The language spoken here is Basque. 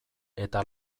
eta